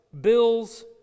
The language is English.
bills